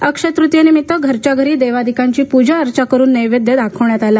अक्षय्यतृतियेनिमित्त घरच्या घरी देवादिकांची पूजा अर्चा करून नेवेद्य दाखविण्यात आला